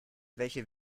welche